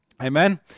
Amen